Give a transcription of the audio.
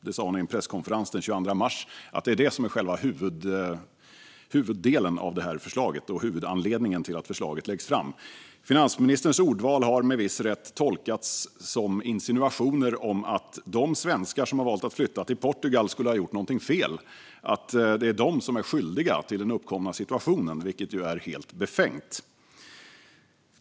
Att det är det som är själva huvuddelen av och huvudanledningen till att förslaget läggs fram sa finansministern på en presskonferens den 22 mars. Finansministerns ordval har med viss rätt tolkats som insinuationer om att de svenskar som har valt att flytta till Portugal skulle ha gjort något fel och att det är de som är skyldiga till den uppkomna situationen, vilket ju är helt befängt.